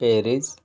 Paris